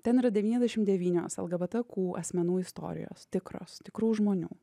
ten yra devyniasdešim devynios lgbtq asmenų istorijos tikros tikrų žmonių